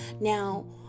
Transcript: now